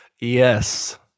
Yes